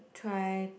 try